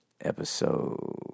episode